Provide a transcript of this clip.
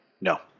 No